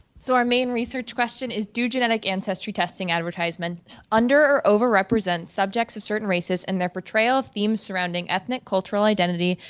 so our main research question is do genetic ancestry testing advertisement under or over represent subjects of certain races and their portrayal of theme surrounding ethnic cultural identity,